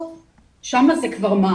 שם חסר מאוד מאוד גדול והבעיות הולכות ומעמיקות.